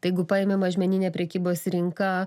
tai jeigu paimi mažmeninę prekybos rinką